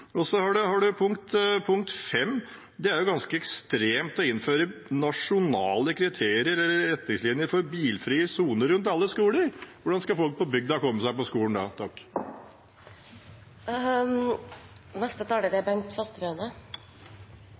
Og så har en punkt 5. Det er ganske ekstremt å innføre nasjonale kriterier eller retningslinjer for bilfrie soner rundt alle skoler. Hvordan skal folk på bygda da komme seg på skolen? Jeg synes mange av forslagene som er